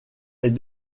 est